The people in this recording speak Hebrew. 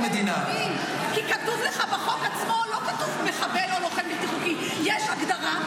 תסתכל מה כתוב כאן: לוחם בלתי חוקי זה מי שלקח חלק בפעולות איבה.